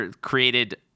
created